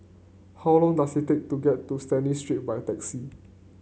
how long does it take to get to Stanley Street by taxi